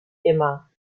immer